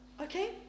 okay